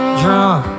drunk